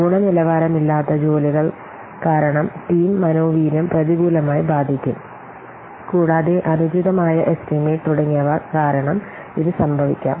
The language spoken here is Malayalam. ഗുണനിലവാരമില്ലാത്ത ജോലികൾ കാരണം ടീം മനോവീര്യം പ്രതികൂലമായി ബാധിക്കും കൂടാതെ അനുചിതമായ എസ്റ്റിമേറ്റ് തുടങ്ങിയവ കാരണം ഇത് സംഭവിക്കാം